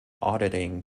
auditing